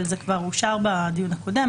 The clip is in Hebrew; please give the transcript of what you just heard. אבל זה כבר אושר בדיון הקודם,